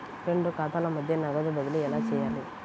రెండు ఖాతాల మధ్య నగదు బదిలీ ఎలా చేయాలి?